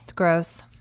gross